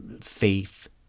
faith